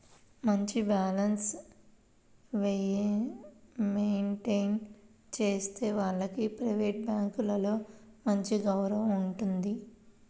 మంచి balance maintain చేసే వాళ్లకు ప్రైవేట్ బ్యాంకులలో మంచి గౌరవం ఉంటుంది